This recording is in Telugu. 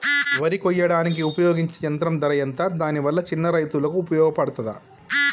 వరి కొయ్యడానికి ఉపయోగించే యంత్రం ధర ఎంత దాని వల్ల చిన్న రైతులకు ఉపయోగపడుతదా?